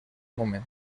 moment